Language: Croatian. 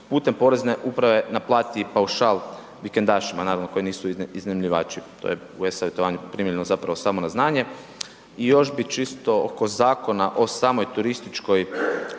putem porezne uprave naplati paušal vikendašima, naravno, koji nisu iznajmljivači, to je u e-savjetovanju primljeno zapravo samo na znanje. I još bi čisto oko zakona o samoj turističkoj